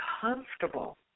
comfortable